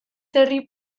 herri